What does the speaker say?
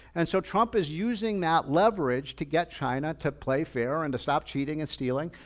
and so trump is using that leverage to get china to play fair and to stop cheating and stealing.